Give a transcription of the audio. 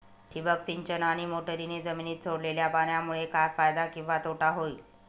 ठिबक सिंचन आणि मोटरीने जमिनीत सोडलेल्या पाण्यामुळे काय फायदा किंवा तोटा होईल?